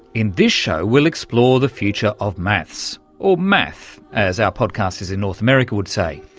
in this show we'll explore the future of maths, or math as our podcasters in north america would say.